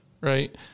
right